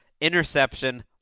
interception